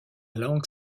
langue